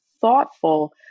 thoughtful